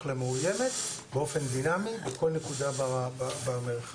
למאוימת באופן דינמי על כל נקודה במרחב,